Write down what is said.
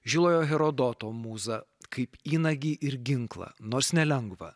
žilojo herodoto mūzą kaip įnagį ir ginklą nors nelengva